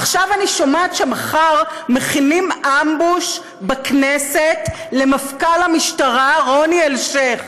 עכשיו אני שומעת שמחר מכינים אמבוש בכנסת למפכ"ל המשטרה רוני אלשיך.